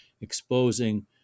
exposing